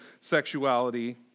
sexuality